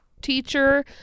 teacher